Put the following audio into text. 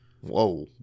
Whoa